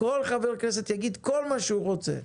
כל חבר כנסת יגיד כל מה שהוא רוצה,